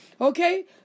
okay